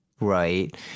right